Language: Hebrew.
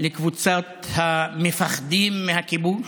לקבוצת המפחדים מהכיבוש,